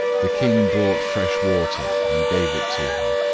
the king brought fresh water and gave it to him.